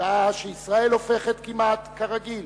שעה שישראל הופכת, כמעט כרגיל,